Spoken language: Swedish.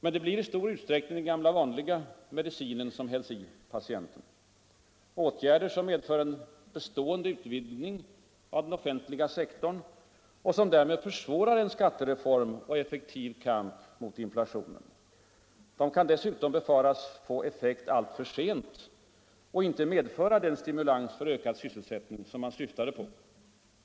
Men det blir i stor utsträckning den gamla vanliga medicinen som hälls i patienten —- åtgärder som medför en bestående utvidgning av den offentliga sektorn och som därmed försvårar en skattereform och en effektiv kamp mot inflationen. De kan dessutom befaras få effekt alltför sent och inte medföra den stimulans för ökad sysselsättning som man syftade på.